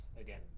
again